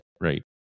right